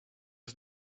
was